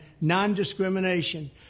non-discrimination